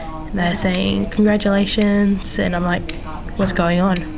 saying congratulations! and i'm like what's going on?